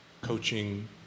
coaching